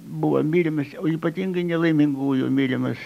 buvo mylimas o ypatingai nelaimingųjų mylimas